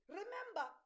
remember